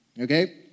Okay